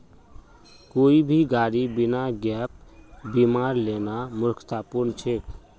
कोई भी गाड़ी बिना गैप बीमार लेना मूर्खतापूर्ण छेक